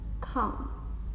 come